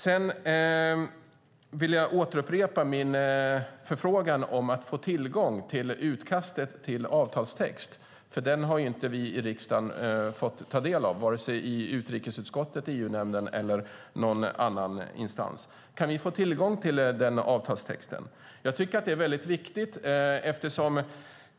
Jag vill återupprepa min förfrågan om att få tillgång till utkastet till avtalstext, för det har inte vi i riksdagen fått ta del av, vare sig utrikesutskottet, EU-nämnden eller någon annan instans. Kan vi få tillgång till avtalstexten? Jag tycker att det är väldigt viktigt.